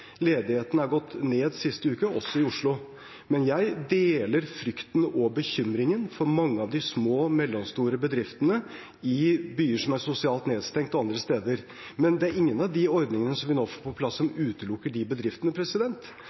Ledigheten er gått ned siste uke, også i Oslo. Jeg deler frykten og bekymringen for mange av de små og mellomstore bedriftene i byer som er sosialt nedstengt og andre steder, men det er ingen av de ordningene som vi nå får på plass, som utelukker de bedriftene.